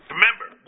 Remember